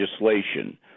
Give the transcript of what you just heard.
legislation